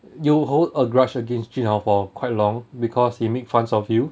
you hold a grudge against jun hao for quite long because he makes fun of you